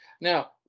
Now